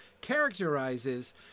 characterizes